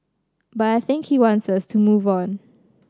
but I think he wants us to move on